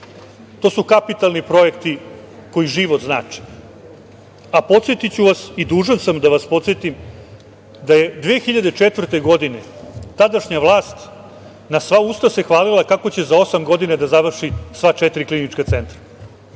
To su kapitalni projekti koji život znače. Podsetiću vas i dužan sam da vas podsetim da je 2004. godine tadašnja vlast na sva usta se hvalila kako će za osam godina da završi sva četiri klinička centra.